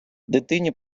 дитині